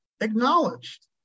acknowledged